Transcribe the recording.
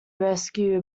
rescue